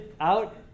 out